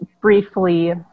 briefly